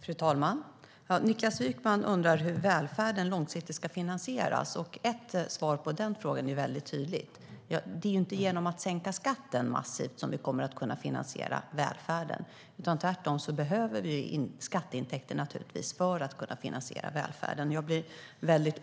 Fru talman! Niklas Wykman undrar hur välfärden ska finansieras långsiktigt. Ett svar på den frågan är tydligt: Det är inte genom att massivt sänka skatten som vi kommer att kunna finansiera välfärden. Tvärtom, vi behöver skatteintäkter för att kunna finansiera välfärden.